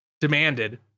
demanded